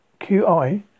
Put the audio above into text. QI